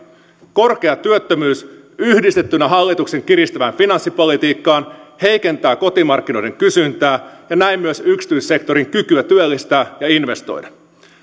korkea työttömyys yhdistettynä hallituksen kiristyvään finanssipolitiikkaan heikentää kotimarkkinoiden kysyntää ja näin myös yksityisen sektorin kykyä työllistää ja investoida